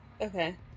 Okay